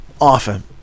often